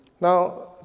now